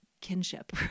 kinship